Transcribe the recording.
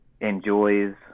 enjoys